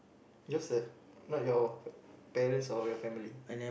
just a not your parents or your family